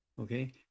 Okay